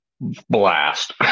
blast